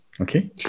Okay